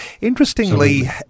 Interestingly